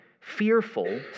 fearful